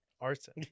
arson